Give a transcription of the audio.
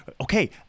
Okay